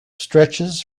stretches